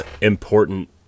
important